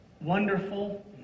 Wonderful